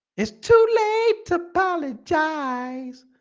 it's too late to apologize